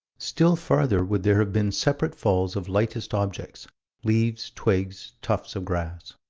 still farther would there have been separate falls of lightest objects leaves, twigs, tufts of grass.